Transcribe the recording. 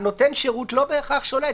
נותן השירות לא בהכרח שולט.